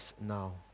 now